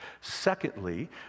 Secondly